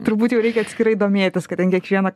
turbūt jau reikia atskirai domėtis kad ten kiekvieną